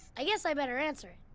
i guess i better answer it.